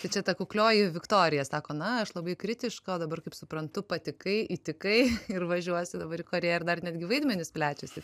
tai čia ta kuklioji viktorija sako na aš labai kritiška o dabar kaip suprantu patikai įtikai ir važiuosi dabar į korėją ir dar netgi vaidmenys plečiasi